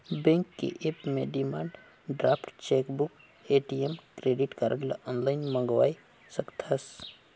bank के app ले demand draft, chequebook, ATM, credit card ल आनलाइन मंगवाये सकथस